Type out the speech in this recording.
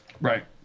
Right